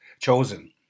chosen